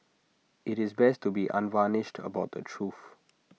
IT is best to be unvarnished about the truth